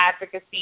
advocacy